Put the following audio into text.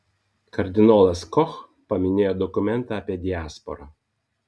kardinolas koch paminėjo dokumentą apie diasporą